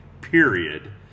period